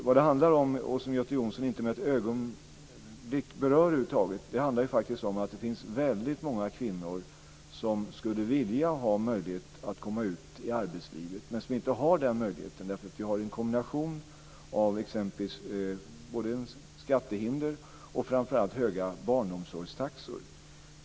Vad det handlar om och som Göte Jonsson inte för ett ögonblick över huvud taget berör är att det faktiskt finns väldigt många kvinnor som skulle vilja ha möjlighet att komma ut i arbetslivet men som inte har den möjligheten därför att vi har en kombination av exempelvis skattehinder och, framför allt, höga barnomsorgstaxor.